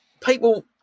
people